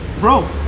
bro